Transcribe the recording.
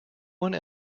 one